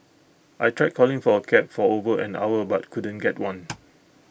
I tried calling for A cab for over an hour but couldn't get one